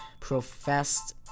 professed